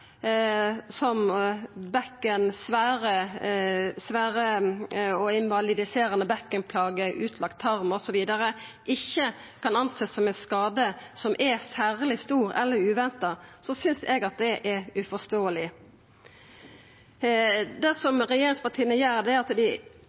og invalidiserande bekkenplager, utlagd tarm osv., ikkje kan sjåast på som ein skade som er særleg stor eller uventa, synest eg det er uforståeleg.